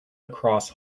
across